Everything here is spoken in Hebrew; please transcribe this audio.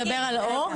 בפסקה (1),